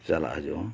ᱪᱟᱞᱟᱜ ᱦᱤᱡᱩᱜ ᱦᱚᱸ